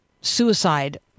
suicide